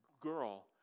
girl